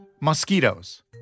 Mosquitoes